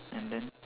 and then